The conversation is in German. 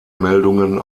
meldungen